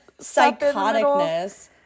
psychoticness